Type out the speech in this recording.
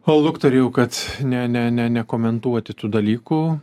lukterėjau kad ne ne ne nekomentuoti tų dalykų ne dabar galime dabar jau